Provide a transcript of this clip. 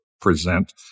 present